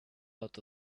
out